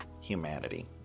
humanity